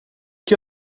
que